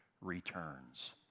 returns